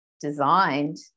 designed